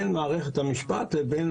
בין מערכת המשפט לבין